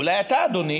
אולי אתה, אדוני,